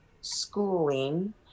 schooling